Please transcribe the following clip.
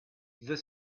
the